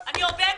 אני עובדת.